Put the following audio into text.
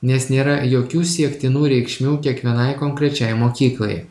nes nėra jokių siektinų reikšmių kiekvienai konkrečiai mokyklai